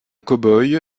cowboy